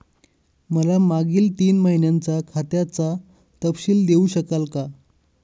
मला मागील तीन महिन्यांचा खात्याचा तपशील देऊ शकाल का?